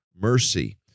mercy